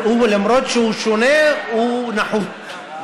שלמרות שהוא שונה, הוא נחות.